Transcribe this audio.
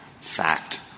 fact